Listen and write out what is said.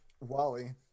Wally